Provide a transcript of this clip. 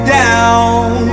down